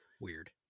Weird